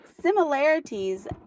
similarities